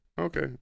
Okay